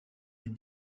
est